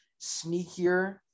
sneakier